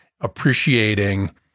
appreciating